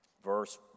verse